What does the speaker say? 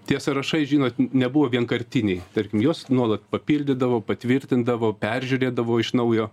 tie sąrašai žinot nebuvo vienkartiniai tarkim juos nuolat papildydavo patvirtindavo peržiūrėdavo iš naujo